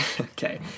okay